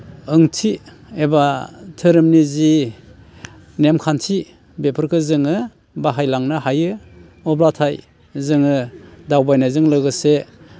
ओंथि एबा धोरोमनि जि नेमखान्थि बेफोरखो जोङो बाहायलांनो हायो अब्लाथाय जोङो दावबायनायजों लोगोसे